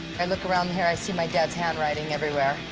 i look around here i see my dad's handwriting everywhere.